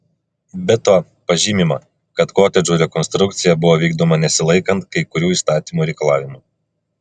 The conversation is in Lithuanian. be to pažymima kad kotedžų rekonstrukcija buvo vykdoma nesilaikant kai kurių įstatymų reikalavimų